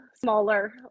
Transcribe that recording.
smaller